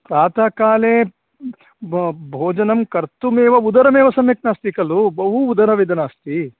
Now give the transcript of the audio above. प्रातः काले बो भोजनं कर्तुमेव उदरमेव सम्यक् नास्ति खलु बहु उदरवेदना अस्ति